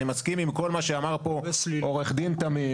אני מסכים עם כל מה שאמר פה עו"ד תמים.